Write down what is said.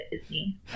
Disney